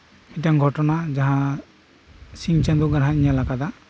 ᱢᱤᱫᱴᱮᱱ ᱜᱷᱚᱴᱚᱱᱟ ᱡᱟᱦᱟᱸ ᱥᱤᱧ ᱪᱟᱸᱫᱚ ᱜᱟᱦᱱᱟᱜ ᱤᱧ ᱧᱮᱞ ᱠᱟᱫᱟ